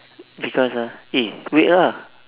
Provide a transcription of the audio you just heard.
because ah eh wait lah